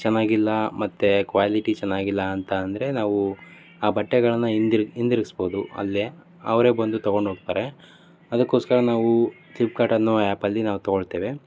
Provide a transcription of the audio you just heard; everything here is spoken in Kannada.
ಚೆನ್ನಾಗಿಲ್ಲ ಮತ್ತೆ ಕ್ವಾಲಿಟಿ ಚೆನ್ನಾಗಿಲ್ಲ ಅಂತ ಅಂದರೆ ನಾವು ಆ ಬಟ್ಟೆಗಳನ್ನು ಹಿಂದಿರ್ ಹಿಂದಿರ್ಗಿಸ್ಬೋದು ಅಲ್ಲೇ ಅವರೇ ಬಂದು ತೊಗೊಂಡು ಹೋಗ್ತಾರೆ ಅದಕ್ಕೋಸ್ಕರ ನಾವು ಫ್ಲಿಪ್ಕಾರ್ಟ್ ಅನ್ನೋ ಆ್ಯಪಲ್ಲಿ ನಾವು ತೊಗೊಳ್ತೇವೆ